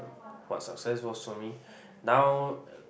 what success was for me now